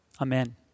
Amen